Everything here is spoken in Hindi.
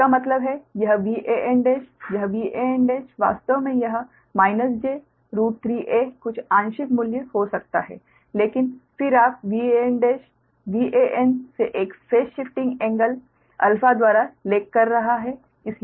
इसका मतलब है कि यह Van यह Van वास्तव में यह j3 a कुछ आंशिक मूल्य हो सकता है लेकिन फिर आप Van Van से एक फेस शिफ्टिंग एंगल α द्वारा लेग कर रहा है